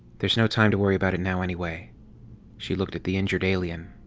there's no time to worry about it now, anyway she looked at the injured alien.